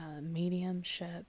mediumship